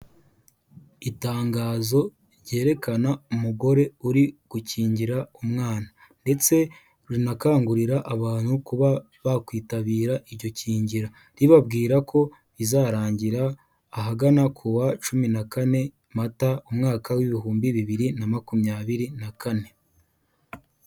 Itangazo ryerekana umugore uri gukingira umwana, ndetse rinakangurira abantu kuba bakwitabiraryo kingira, ribabwira ko rizarangira ahagana kuwa cumi na kane mata umwaka w'ibihumbi bibiri na makumyabiri na kane.